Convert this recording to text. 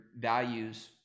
values